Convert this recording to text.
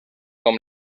com